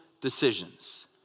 decisions